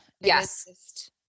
yes